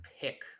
pick